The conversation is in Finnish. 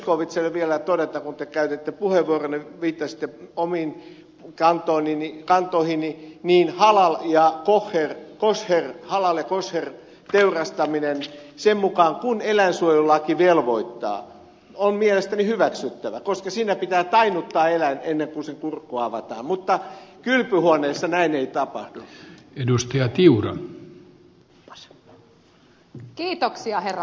zyskowiczille vielä todeta kun te käytitte puheenvuoron ja viittasitte omiin kantoihini niin halal ja kosher teurastaminen sen mukaan kuin eläinsuojelulaki velvoittaa on mielestäni hyväksyttävä koska siinä pitää tainnuttaa eläin ennen kuin sen kurkku avataan mutta kylpyhuoneessa näin ei tapahdu